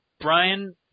Brian